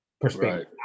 perspective